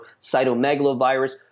cytomegalovirus